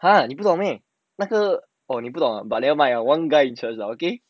!huh! 你不懂 meh 那个 oh 你不懂 ah but never mind one guy interest ah okay